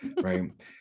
right